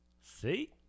see